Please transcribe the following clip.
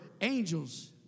angels